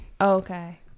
Okay